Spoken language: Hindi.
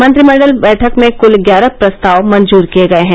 मंत्रिमण्डल बैठक में कुल ग्यारह प्रस्ताव मंजूर किये गये हैं